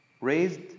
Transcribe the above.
raised